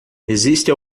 existe